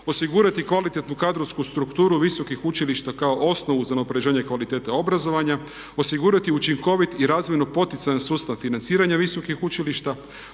Osigurati kvalitetnu kadrovsku strukturu visokih učilišta kao osnovu za unapređenje kvalitete obrazovanja. Osigurati učinkovit i razvojno poticajni sustav financiranja visokih učilišta.